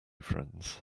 friends